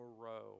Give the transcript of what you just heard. row